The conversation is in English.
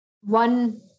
one